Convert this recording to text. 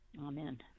amen